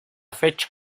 fecha